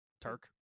turk